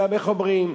איך אומרים?